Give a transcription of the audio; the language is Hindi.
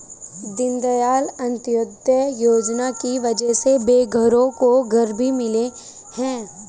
दीनदयाल अंत्योदय योजना की वजह से बेघरों को घर भी मिले हैं